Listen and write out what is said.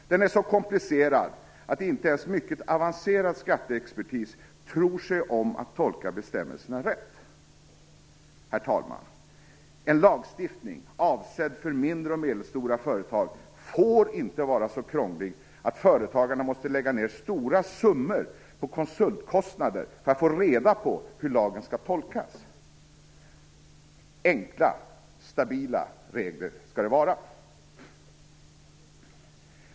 Den är så komplicerad att inte ens mycket avancerad skatteexpertis tror sig om att tolka bestämmelserna rätt. Herr talman! En lagstiftning avsedd för mindre och medelstora företag får inte vara så krånglig att företagarna måste lägga ned stora summor på konsultkostnader för att få reda på hur lagen skall tolkas. Enkla, stabila regler skall det vara.